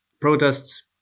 protests